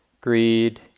greed